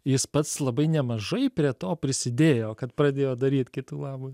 jis pats labai nemažai prie to prisidėjo kad pradėjo daryt kitų labui